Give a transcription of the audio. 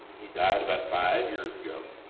he died about five years ago,